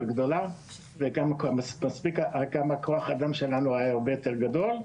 גדול וגם כוח האדם שלנו היה הרבה יותר גדול,